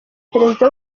perezida